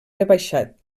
rebaixat